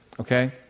okay